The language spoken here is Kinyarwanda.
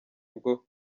bwo